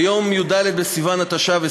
ביום י"ד בסיוון התשע"ו,